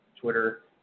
twitter